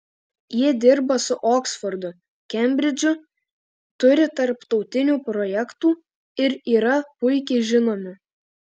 jie dirba su oksfordu kembridžu turi tarptautinių projektų ir yra puikiai žinomi